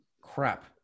Crap